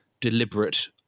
deliberate